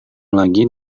lagi